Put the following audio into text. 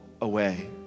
away